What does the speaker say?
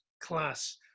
class